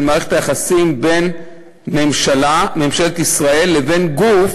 של מערכת היחסים בין ממשלת ישראל לבין גוף